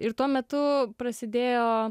ir tuo metu prasidėjo